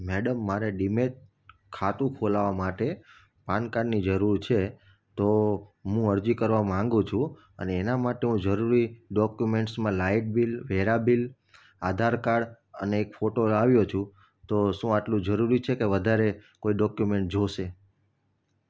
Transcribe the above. madam મારે demat ખાતું ખોલાવવા માટે પાનકાર્ડની જરૂર છે તો મું અરજી કરવા માંગુ છું અને એના માટે હું જરૂરી ડોક્યુમેન્ટ્સમાં લાઇટ બિલ વેરા બિલ આધાર કાર્ડ અને એક ફોટો લાવ્યો છું તો શું આટલું જરૂરી છે કે વધારે કોઈ ડોક્યુમેન્ટ્સ જોઈશે